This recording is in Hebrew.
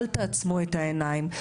אל תעצמו את העיניים,